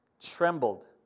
trembled